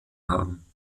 haben